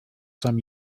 some